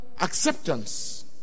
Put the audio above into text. acceptance